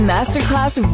Masterclass